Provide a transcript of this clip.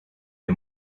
les